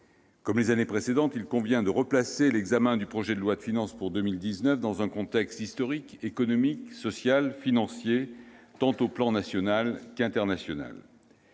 Comme les années précédentes, il convient de replacer l'examen du projet de loi de finances dans un contexte historique, économique, social et financier, à l'échelon tant national qu'international.